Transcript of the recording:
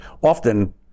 often